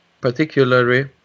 particularly